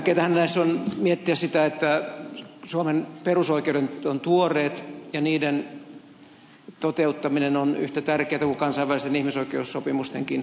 tärkeätähän tässä on miettiä sitä että suomen perusoikeudet ovat tuoreet ja niiden toteuttaminen on yhtä tärkeätä kuin kansainvälisten ihmisoikeussopimustenkin